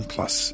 Plus